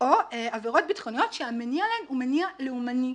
או עבירות ביטחוניות שהמניע להן הוא מניע לאומני,